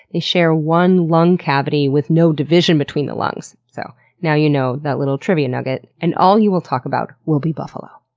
they share one lung cavity with no division between the lungs. so now you know that little trivia nugget and all you will talk about will be buffalo.